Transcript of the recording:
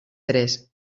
tres